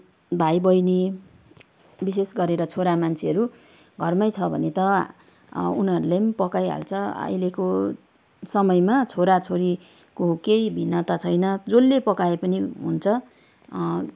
भाइबहिनी विशेष गरेर छोरा मान्छेहरू घरमै छ भने त उनीहरूले पनि पकाइहाल्छ अहिलेको समयमा छोरा छोरीको केही भिन्नता छैन जसले पकाए पनि हुन्छ